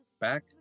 back